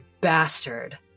bastard